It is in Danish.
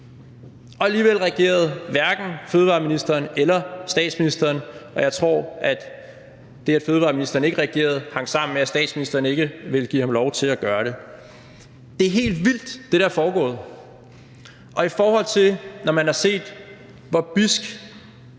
Alligevel reagerede hverken fødevareministeren eller statsministeren, og jeg tror, at det, at fødevareministeren ikke reagerede, hang sammen med, at statsministeren ikke ville give ham lov til at gøre det. Det, der er foregået, er helt vildt, og i forhold til når man har set, hvor bidske